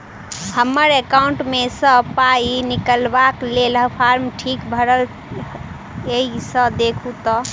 हम्मर एकाउंट मे सऽ पाई निकालबाक लेल फार्म ठीक भरल येई सँ देखू तऽ?